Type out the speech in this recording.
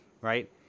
right